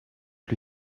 lui